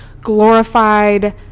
glorified